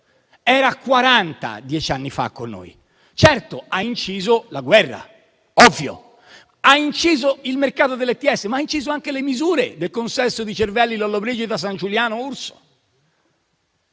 era 40 dieci anni fa, con noi. Certo, ha inciso la guerra, ovvio. Ha inciso il mercato dell'ETS, ma hanno inciso anche le misure del consesso di cervelli Lollobrigida, Sangiuliano, Urso.